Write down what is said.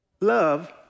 love